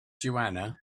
joanna